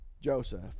joseph